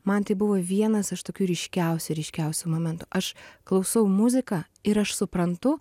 man tai buvo vienas iš tokių ryškiausių ryškiausių momentų aš klausau muziką ir aš suprantu